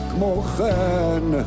Kmochen